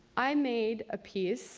i made a piece